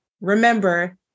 remember